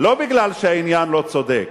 לא בגלל שהעניין לא צודק,